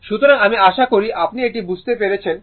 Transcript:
সুতরাং আমি আশা করি আপনি এটি বুঝতে পেরেছেন